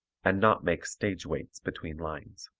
and not make stage waits between lines.